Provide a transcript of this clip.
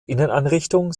inneneinrichtung